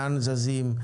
לאן זזים,